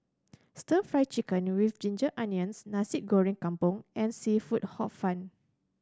Stir Fry Chicken with ginger onions Nasi Goreng Kampung and seafood Hor Fun